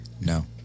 No